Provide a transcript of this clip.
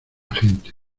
gente